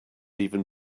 even